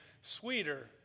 sweeter